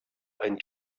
ein